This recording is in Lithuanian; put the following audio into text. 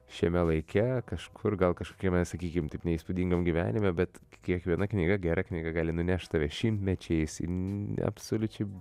šiame laike kažkur gal kažkokiame sakykim taip neįspūdingam gyvenime bet kiekviena knyga gera knyga gali nunešt tave šimtmečiais į ne absoliučiai